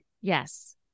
Yes